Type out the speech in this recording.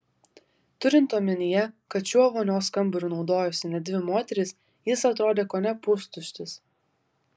turint omenyje kad šiuo vonios kambariu naudojosi net dvi moterys jis atrodė kone pustuštis